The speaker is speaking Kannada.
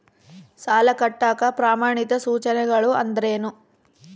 ಸಾಲ ಕಟ್ಟಾಕ ಪ್ರಮಾಣಿತ ಸೂಚನೆಗಳು ಅಂದರೇನು?